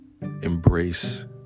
embrace